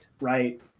right